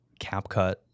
CapCut